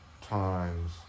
times